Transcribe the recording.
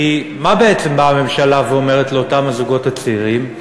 כי מה בעצם באה הממשלה ואומרת לאותם הזוגות הצעירים?